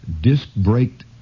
disc-braked